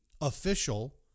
official